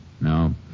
No